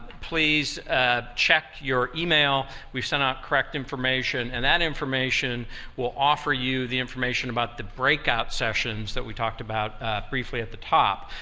please check your e-mail. we sent out correct information, and that information will offer you the information about the breakout sessions that we talked about briefly at the top.